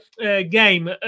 game